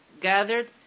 gathered